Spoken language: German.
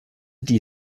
die